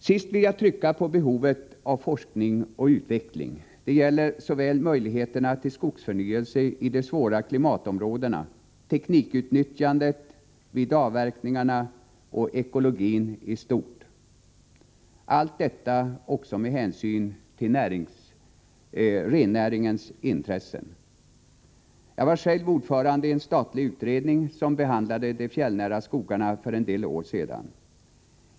Sist vill jag trycka på behovet av forskning och utveckling. Det gäller såväl möjligheterna till skogsförnyelse i de svåra klimatområdena och teknikutnyttjandet vid avverkningarna som ekologin i stort. I alla dessa sammanhang måste hänsyn tas till rennäringens intressen. Jag var för en del år sedan ordförande i en statlig utredning som behandlade de fjällnära skogarna.